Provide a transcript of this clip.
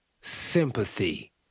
sympathy